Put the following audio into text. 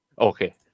Okay